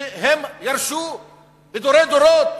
שהם ירשו מדורי דורות.